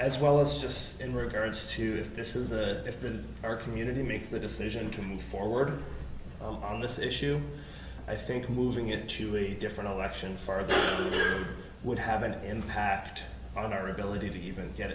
as well just in regards to if this is a if the our community makes the decision to move forward on this issue i think moving it to a different election farther would have an impact on our ability to even get